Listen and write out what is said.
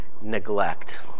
neglect